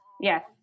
Yes